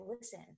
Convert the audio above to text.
listen